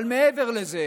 אבל מעבר לזה,